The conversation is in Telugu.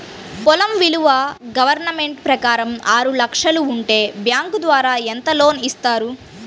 పొలం విలువ గవర్నమెంట్ ప్రకారం ఆరు లక్షలు ఉంటే బ్యాంకు ద్వారా ఎంత లోన్ ఇస్తారు?